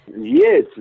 yes